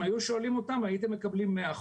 אם היו שואלים אותם הייתם מקבלים 100%,